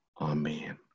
Amen